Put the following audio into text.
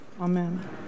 Amen